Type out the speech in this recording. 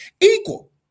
Equal